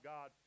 God